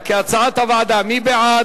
מי בעד?